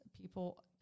people